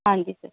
ਹਾਂਜੀ ਸਰ